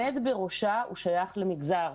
העומד בראשה שייך למגזר.